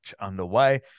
underway